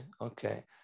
okay